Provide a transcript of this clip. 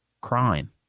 Crime